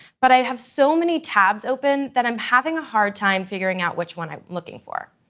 but i have so many tabs open that i'm having a hard time figuring out which one i'm looking for.